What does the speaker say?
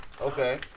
Okay